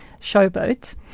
showboat